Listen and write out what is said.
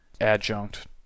adjunct